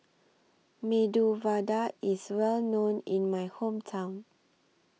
Medu Vada IS Well known in My Hometown